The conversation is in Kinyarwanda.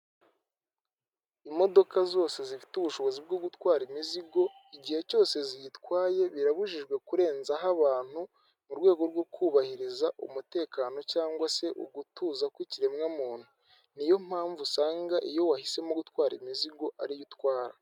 Imodoka zose zifite ubushobozi bwo gutwara imizigo igihe cyose zitwaye birabujijwe kurenzaho abantu mu rwego rwo kubahiriza umutekano cyangwa se ugutuza kw'ikiremwamuntu niyo mpamvu usanga iyo wahisemo gutwara imizigo ari yo utwara.